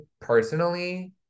personally